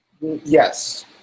Yes